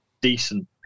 decent